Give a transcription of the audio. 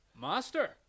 Master